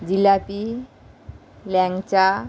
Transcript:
jalebi ল্যাংচা